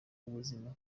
w’ubuzima